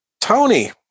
Tony